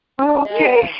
Okay